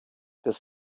des